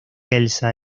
elsa